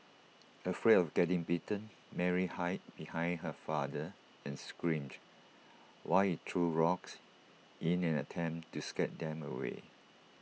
afraid of getting bitten Mary hid behind her father and screamed while he threw rocks in an attempt to scare them away